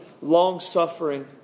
long-suffering